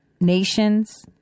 nations